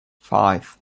five